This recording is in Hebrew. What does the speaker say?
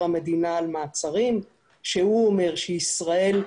המדינה על מעצרים והוא אומר שישראל,